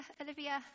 Olivia